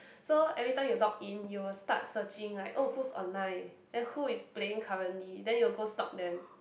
so every time you log in you will start searching like oh who's online then who is playing currently then you'll go stalk them